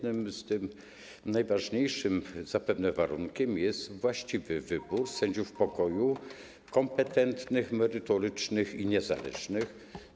Najważniejszym zapewne warunkiem jest właściwy wybór sędziów pokoju - kompetentnych, merytorycznych i niezależnych.